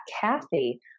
Kathy